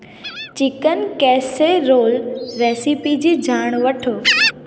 chicken casserole recipe जी ॼाण वठो